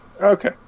Okay